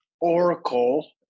Oracle